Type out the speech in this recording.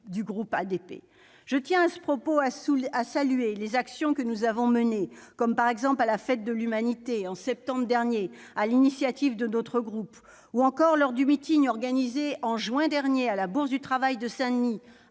du groupe ADP. Je tiens à ce propos à saluer les actions que nous avons menées, comme à la Fête de l'Humanité au mois de septembre dernier sur l'initiative de notre groupe, ou encore lors du meeting organisé au mois de juin dernier à la Bourse du travail de Saint-Denis